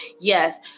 Yes